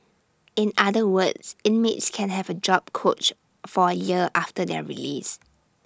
in other words inmates can have A job coach for A year after their release